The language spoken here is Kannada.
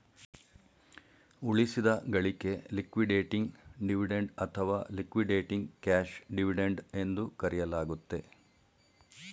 ಉಳಿಸಿದ ಗಳಿಕೆ ಲಿಕ್ವಿಡೇಟಿಂಗ್ ಡಿವಿಡೆಂಡ್ ಅಥವಾ ಲಿಕ್ವಿಡೇಟಿಂಗ್ ಕ್ಯಾಶ್ ಡಿವಿಡೆಂಡ್ ಎಂದು ಕರೆಯಲಾಗುತ್ತೆ